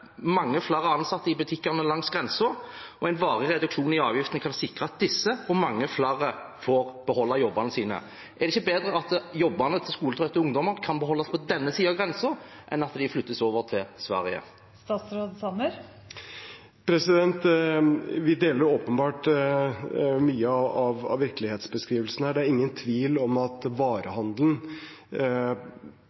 mange flere ansatte i butikkene langs grensen. En varig reduksjon i avgiftene kan sikre at disse og mange flere får beholde jobbene sine. Er det ikke bedre at jobbene til skoletrøtte ungdommer kan beholdes på denne siden av grensen, enn at de flyttes over til Sverige? Vi deler åpenbart mye av virkelighetsbeskrivelsen, det er ingen tvil om at